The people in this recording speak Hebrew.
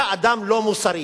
אתה אדם לא מוסרי.